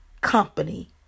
company